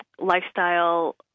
lifestyle